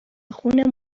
خون